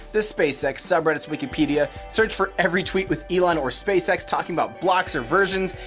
the spacex subreddit's wikipedia, searched for every tweet with elon or spacex talking about blocks or versions,